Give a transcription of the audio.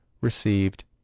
received